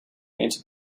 into